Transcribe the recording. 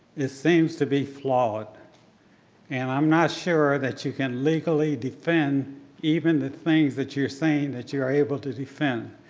it seems to be flawed and i'm not sure that you can legally defend even the things that you're saying that you're able to defend.